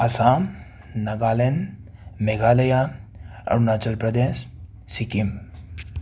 Assam Nagaland Meghalaya Arunachal Pradesh Sikkim